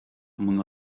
among